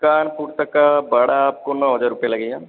कानपुर तक का भाड़ा आपको नौ हजार रुपया लगेगा